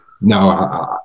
No